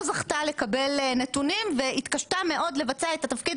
זכתה לקבל נתונים והתקשתה מאוד לבצע את התפקיד